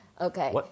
Okay